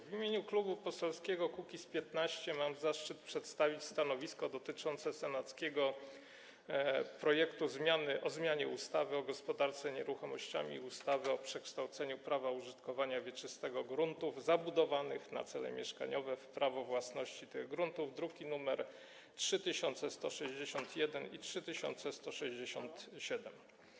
W imieniu Klubu Poselskiego Kukiz’15 mam zaszczyt przedstawić stanowisko dotyczące senackiego projektu ustawy o zmianie ustawy o gospodarce nieruchomościami i ustawy o przekształceniu prawa użytkowania wieczystego gruntów zabudowanych na cele mieszkaniowe w prawo własności tych gruntów, druki nr 3161 i 3167.